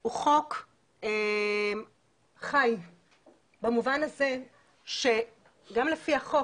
הוא חוק חי במובן הזה שגם לפי החוק